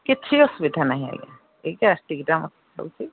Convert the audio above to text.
କିଛି ଅସୁବିଧା ନାହିଁ ଆଜ୍ଞା ଏଇ ଗ୍ୟାଷ୍ଟିକ୍ଟା ହେଉଛି